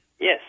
Yes